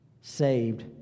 saved